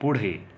पुढे